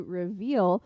reveal